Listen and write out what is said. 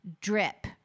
drip